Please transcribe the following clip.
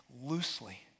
loosely